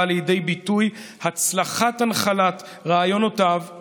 באה לידי ביטוי הצלחת הנחלת רעיונותיו של